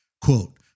Quote